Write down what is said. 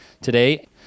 today